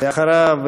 אחריו,